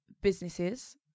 businesses